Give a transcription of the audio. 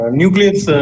nucleus